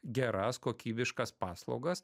geras kokybiškas paslaugas